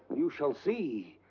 you shall see.